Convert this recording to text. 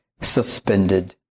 suspended